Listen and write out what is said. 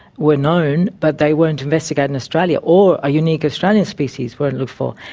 were known, but they weren't investigated in australia, or a unique australian species weren't looked for.